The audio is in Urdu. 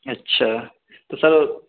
اچھا تو سر